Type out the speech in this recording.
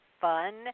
fun